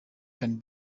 can